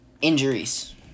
Injuries